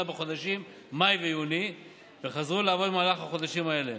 בחודשים מאי ויוני וחזרו לעבוד במהלך החודשים האלה.